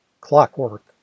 Clockwork